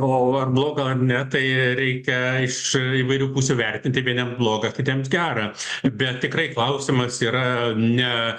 o ar bloga ar ne tai reikia iš įvairių pusių vertinti vieniem blogas kitiems gera bet tikrai klausimas yra ne